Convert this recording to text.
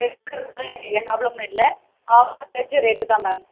எனக்கு எந்த ப்ராப்ளமும் இல்லை கேஜி ரேட்டு தான் மேம்